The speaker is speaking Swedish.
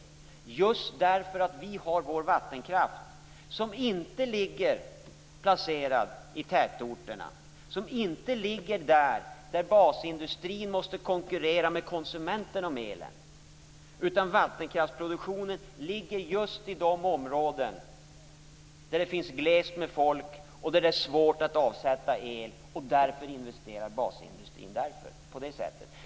Så är det därför att vår vattenkraft inte är placerad i tätorterna och inte ligger på de ställen där basindustrin måste konkurrera med konsumenter om elen. Vattenkraftsproduktionen sker just i de områden där det finns glest med folk och där det är svårt att avsätta el. Därför investerar basindustrin på det sättet.